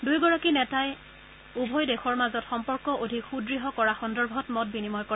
দুয়োগৰাকী নেতাই উভয় দেশৰ মাজত সম্পৰ্ক অধিক সুদঢ় কৰা সন্দৰ্ভত মত বিনিময় কৰে